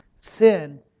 Sin